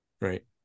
right